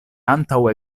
antaŭ